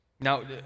Now